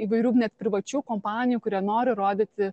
įvairių net privačių kompanijų kurie nori rodyti